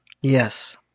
Yes